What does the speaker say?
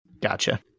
Gotcha